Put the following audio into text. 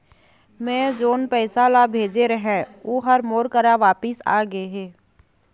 मै जोन पैसा ला भेजे रहें, ऊ हर मोर करा वापिस आ गे हे